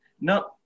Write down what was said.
No